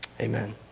Amen